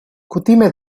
kutime